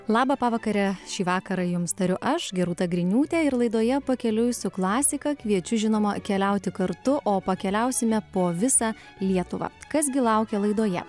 labą pavakarę šį vakarą jums tariu aš gerūta griniūtė ir laidoje pakeliui su klasika kviečiu žinoma keliauti kartu o pakeliausime po visą lietuvą kas gi laukia laidoje